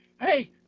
hey